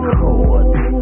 chords